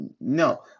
no